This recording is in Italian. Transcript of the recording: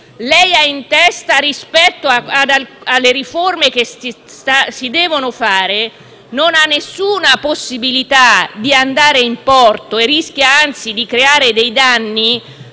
lei ha in testa, rispetto alle riforme che si devono fare, non ha alcuna possibilità di andare in porto e rischia anzi di creare dei danni,